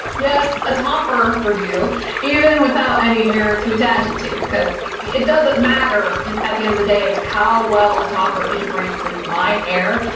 yes, a topper review even without any hair to attach it to because it doesn't matter and at the end of the day how well a topper integrates with my hair.